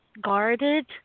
guarded